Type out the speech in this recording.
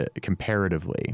comparatively